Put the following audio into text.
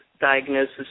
diagnosis